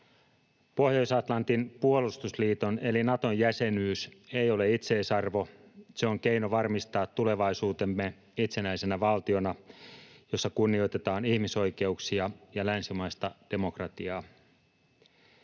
Pohjois-Atlantin puolustusliiton eli Naton jäsenyys ei ole itseisarvo. Se on keino varmistaa tulevaisuutemme itsenäisenä valtiona, jossa kunnioitetaan ihmisoikeuksia ja länsimaista demokratiaa.